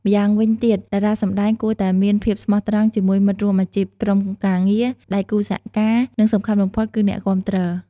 ម្យ៉ាងវិញទៀតតារាសម្ដែងគួរតែមាន ភាពស្មោះត្រង់ ជាមួយមិត្តរួមអាជីព ក្រុមការងារ ដៃគូសហការ និងសំខាន់បំផុតគឺ អ្នកគាំទ្រ។